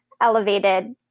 elevated